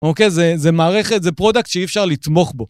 אוקיי? זה מערכת, זה פרודקט שאי אפשר לתמוך בו.